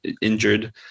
injured